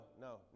no